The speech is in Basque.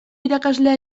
irakaslea